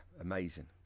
amazing